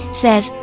says